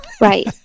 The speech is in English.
Right